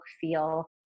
feel